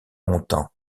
longtemps